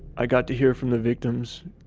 i got to hear from the victims,